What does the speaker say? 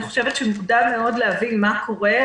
אני חושבת שמוקדם מאוד להבין מה קורה.